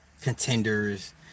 contenders